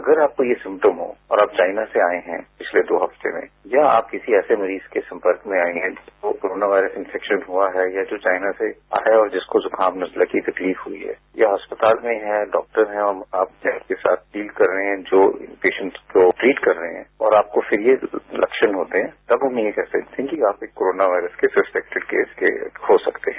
अगर आपको ये सिम्टम हो और आप चाइना से आए हैं पिछले दो हफ्ते में या आप किसी ऐसे मरीज के सम्पर्क में आए है जिसे कोरोना वायरस इंफेक्शन हुआ है या जो चाइना से आया हो और जिसको जुकाम नजले की तकलीफ हुई है या अस्पताल में है और डॉक्टर है और उनके साथ डील कर रहे है जो पेशेन्ट को ट्रीट कर रहे हैं और आपको फिर ये लक्षण होते है तब हम ये कह सकते है कि आप कोरोना वायरस के सस्पेक्टेड केस हो सकते है